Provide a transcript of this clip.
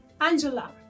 Angela